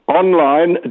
online